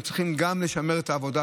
והם צריכים גם לשמר את העבודה,